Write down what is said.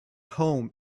home